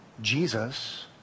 Jesus